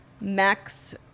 Max